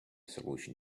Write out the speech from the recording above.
solution